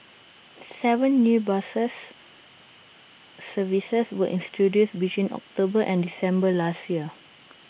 Seven new bus services were introduced between October and December last year